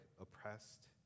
oppressed